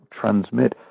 transmit